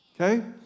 okay